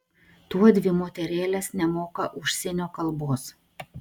tuodvi moterėlės nemoka užsienio kalbos